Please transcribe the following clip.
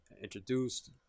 introduced